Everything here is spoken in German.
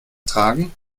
tragen